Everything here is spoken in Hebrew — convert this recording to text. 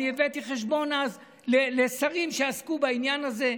הבאתי חשבון אז לשרים שעסקו בעניין הזה.